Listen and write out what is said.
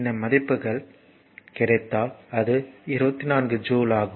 இந்த மதிப்புகள் கிடைத்தால் அது 24 ஜூல் ஆகும்